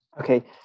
Okay